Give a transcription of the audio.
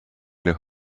their